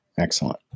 Excellent